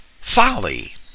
folly